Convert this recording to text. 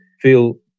feel